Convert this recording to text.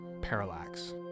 Parallax